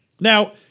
Now